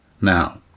now